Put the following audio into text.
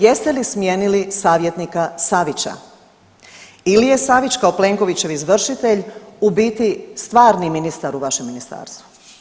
Jeste li smijenili savjetnika Savića ili je Savić kao Plenkovićev izvršitelj u biti stvarni ministar u vašem ministarstvu.